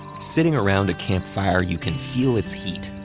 sitting around a campfire, you can feel its heat,